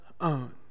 own